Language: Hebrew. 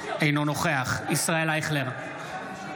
אינו נוכח ישראל אייכלר,